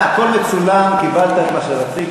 הכול מצולם, קיבלת את מה שרצית.